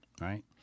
Right